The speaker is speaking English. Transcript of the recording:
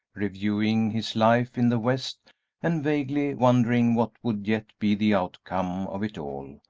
reviewing his life in the west and vaguely wondering what would yet be the outcome of it all,